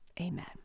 Amen